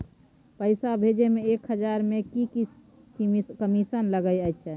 पैसा भैजे मे एक हजार मे की कमिसन लगे अएछ?